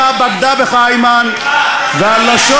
אמירות קיצוניות,